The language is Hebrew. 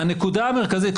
הנקודה המרכזית,